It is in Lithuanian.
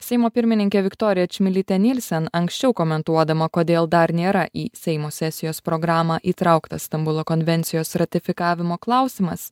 seimo pirmininkė viktorija čmilytė nylsen anksčiau komentuodama kodėl dar nėra į seimo sesijos programą įtrauktas stambulo konvencijos ratifikavimo klausimas